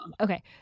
Okay